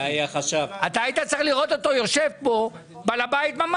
אתה היית צריך לראות אותו יושב כאן, ממש בעל בית.